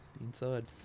inside